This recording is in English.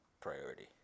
priority